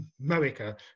America